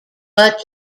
but